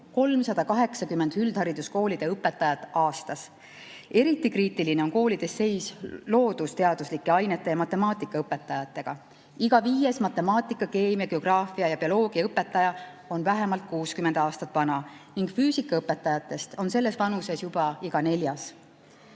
380 üldhariduskoolide õpetajat aastas. Eriti kriitiline on koolides seis loodusteaduslike ainete ja matemaatikaõpetajatega. Iga viies matemaatika-, keemia-, geograafia- ja bioloogiaõpetaja on vähemalt 60 aastat vana ning füüsikaõpetajatest on selles vanuses juba iga neljas.